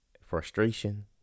frustration